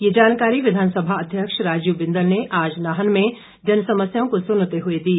ये जानकारी विधानसभा अध्यक्ष राजीव बिंदल ने आज नाहन में जनसमस्याओं को सुनते हुए दी